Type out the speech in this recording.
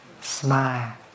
smile